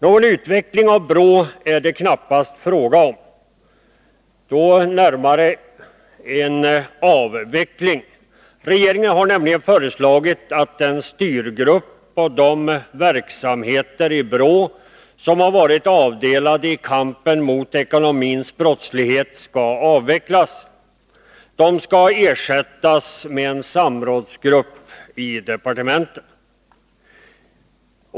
Någon utveckling av BRÅ är det knappast fråga om — mera en avveckling. Regeringen har nämligen föreslagit att den styrgrupp och de verksamheter i BRÅ som varit avdelade i kampen mot den ekonomiska brottsligheten skall avvecklas. De skall ersättas med en samrådsgrupp i departementen.